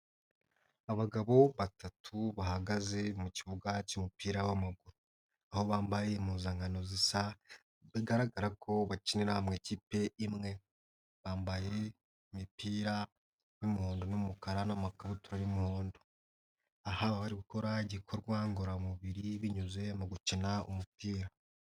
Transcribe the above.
Abagabo batatu bahagaze mu kibuga cy'umupira w'amaguru. Aho bambaye impuzankano zisa, bigaragara ko bakinira mu ikipe imwe. Bambaye imipira y'umuhondo n'umukara n'makabutura y'umuhondo. Aha baba bari gukora igikorwa ngororamubiri, binyuze mu gukina umupira.